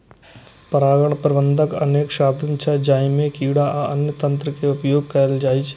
परागण प्रबंधनक अनेक साधन छै, जइमे कीड़ा आ अन्य तंत्र के उपयोग कैल जाइ छै